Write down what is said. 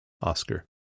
Oscar